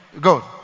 Go